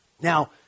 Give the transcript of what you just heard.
Now